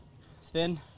Thin